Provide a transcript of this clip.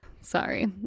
Sorry